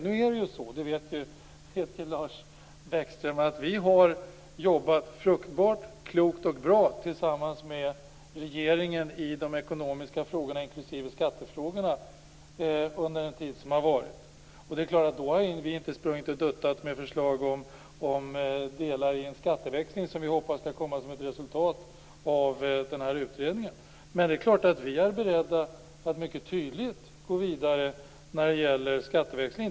Men nu är det ju så, det vet Lars Bäckström, att vi har jobbat fruktbart, klokt och bra tillsammans med regeringen i de ekonomiska frågorna, inklusive skattefrågorna, under den tid som varit. Då har vi förstås inte sprungit och duttat med förslag om delar i den skatteväxling som vi hoppas skall komma som ett resultat av den här utredningen. Men det är klart att vi är beredda att mycket tydligt gå vidare när det gäller skatteväxling.